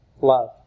love